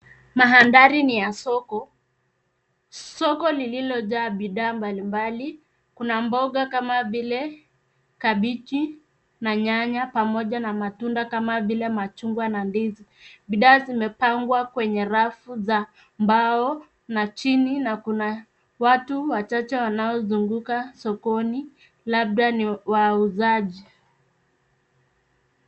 Mandhari ni ya soko, soko lililojaa bidhaa mbalimbali kuna mboga kama vile kabeji na nyanya pamoja na matunda kama vile machungwa na ndizi. Bidhaa zimepangwa kwenye rafu za mbao na chini na kuna watu wachache wanaozunguka sokoni, labda ni wauzaji.